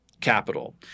capital